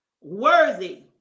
worthy